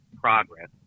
progress